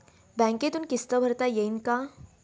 बँकेतून किस्त भरता येईन का?